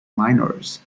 minors